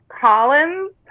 Collins